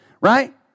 Right